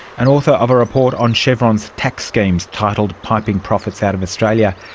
and author of a report on chevron's tax schemes titled piping profits out of australia.